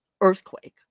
earthquake